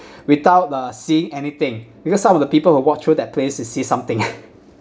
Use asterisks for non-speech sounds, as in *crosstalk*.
without uh seeing anything because some of the people who walk through that place they see something *noise*